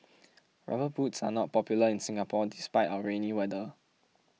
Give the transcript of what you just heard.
rubber boots are not popular in Singapore despite our rainy weather